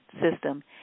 system